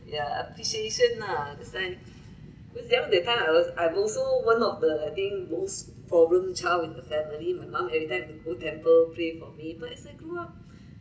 ya appreciation lah that's time because even that time I was I'm also one of the I think most problem child in the family my mom every time have to go temple pray for me but as I grow up